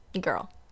Girl